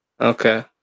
Okay